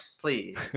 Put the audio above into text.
please